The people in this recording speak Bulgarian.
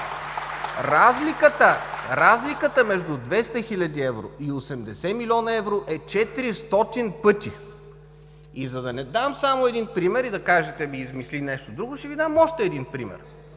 Разликата между 200 хил. евро и 80 млн. евро е 400 пъти! За да не давам само един пример, да кажете: „Ами, измисли нещо друго!“, ще Ви дам още един пример.